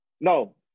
no